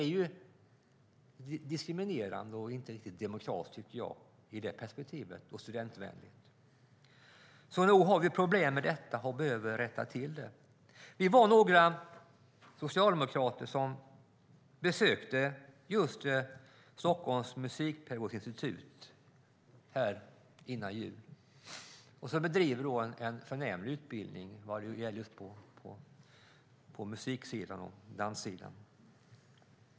Det är diskriminerande och inte riktigt demokratiskt eller studentvänligt, tycker jag, när man ser det ur det perspektivet. Nog har vi alltså problem med detta som behöver rättas till. Vi var några socialdemokrater som innan jul besökte Stockholms musikpedagogiska institut som bedriver en förnämlig utbildning på musiksidan och på danssidan.